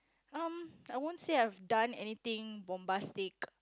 um I won't say I have done anything bombastic